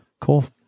Cool